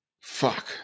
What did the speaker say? Fuck